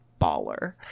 baller